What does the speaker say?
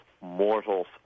mortals